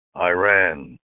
Iran